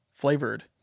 Flavored